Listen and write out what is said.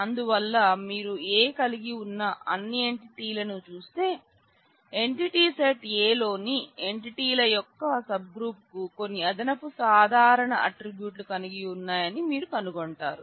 అందువల్ల మీరు A కలిగి ఉన్న అన్ని ఎంటిటీలను చూస్తే ఎంటిటీ సెట్ A లోని ఎంటిటీల యొక్క సబ్ గ్రూపుకు కొన్ని అదనపు సాధారణ అట్ట్రిబ్యూట్లు కలిగి ఉన్నాయని మీరు కనుగొంటారు